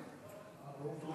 אז מה ההצבעה?